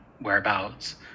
whereabouts